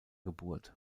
geburt